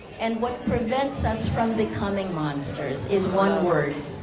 and what prevents us from becoming monsters is one word.